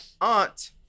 aunt